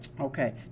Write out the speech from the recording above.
Okay